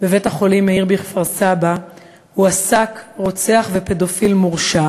בבית-החולים מאיר בכפר-סבא הועסק רוצח ופדופיל מורשע